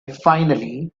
finally